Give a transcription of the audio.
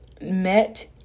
met